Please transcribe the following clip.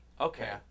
Okay